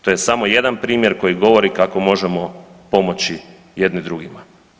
To je samo jedan primjer koji govori kako možemo pomoći jedni drugima.